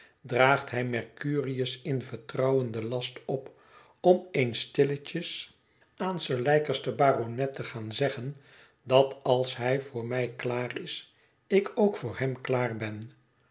draagt hij mercurius in vertrouwen den last op om eens stilletjes aan sir leicester baronet te gaan zeggen dat als hij voor mij klaar is ik ook voor hem klaar ben